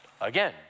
Again